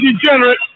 degenerate